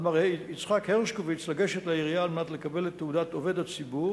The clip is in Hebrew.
על מר יצחק הרשקוביץ לגשת לעירייה על מנת לקבל את תעודת עובד הציבור,